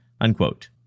unquote